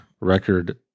record